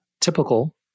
typical